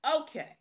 Okay